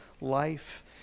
life